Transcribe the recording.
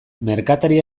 merkatari